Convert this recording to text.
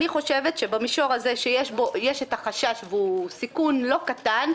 אני חושבת שבמישור הזה יש את החשש והוא סיכון לא קטן,